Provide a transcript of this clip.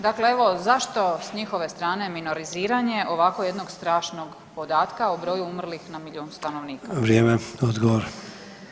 Dakle evo, zašto s njihove strane minoriziranje ovako jednog strašnog podatka o broju umrlih na milijun stanovnika?